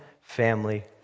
family